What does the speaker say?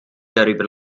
darüber